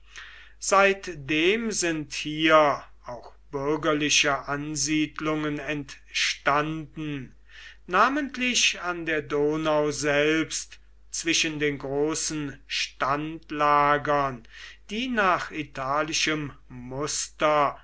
seitdem sind hier auch bürgerliche ansiedlungen entstanden namentlich an der donau selbst zwischen den großen standlagern die nach italischem muster